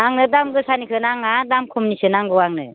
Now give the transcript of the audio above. आंनो दाम गोसानिखौ नाङा दाम खमनिसो नांगौ आंनो